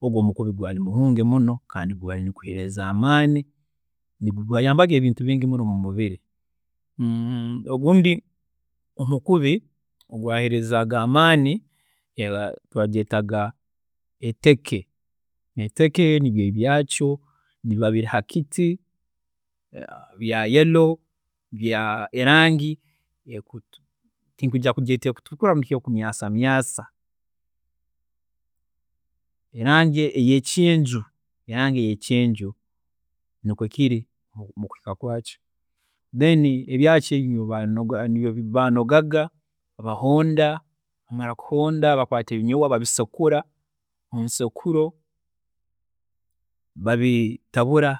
ogu omukubi gwaari mulungi muno kandi gaaheerezaaga amaani, gwayambaga ebintu bingi mumubiri. Ogundi omukubi ogwa'herezaaga amaani bagyeetaga eteke. Eteke nibyo ebyaakyo nibiba biri hakiti, bya yellow bya elangi eya kyenju, tinkwiija kubyeeta ebikutukura baitu ekumyaasamyaasa, elangi eye kyenju, elangi eyekyenju, nikwe kiri mukuhika kwaakyo. Then ebyaakyo ebi ninbyo baanogaga babihonda bamara kuhonda bakwaata ebinyoobwa babisekura mu nsekuro, babitabura